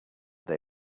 they